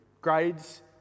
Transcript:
Grades